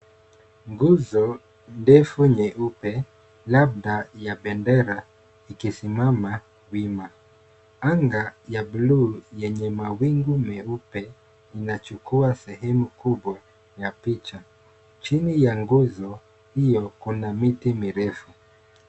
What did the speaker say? Nguzo ndefu nyeupe labda ya bendera ikisimama wima. Anga ya buluu yenye mawingu meupe inachukua sehemu kubwa ya picha. Chini ya nguzo hiyo kuna miti mirefu.